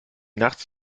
nachts